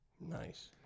Nice